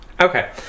Okay